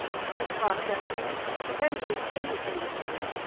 food processing, potentially any industry.